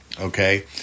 okay